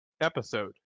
episode